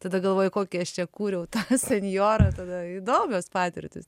tada galvoji kokį aš čia kūriau tą senjorą tada įdomios patirtys